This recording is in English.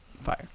fire